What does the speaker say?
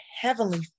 heavenly